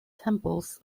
temples